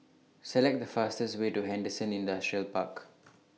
Select The fastest Way to Henderson Industrial Park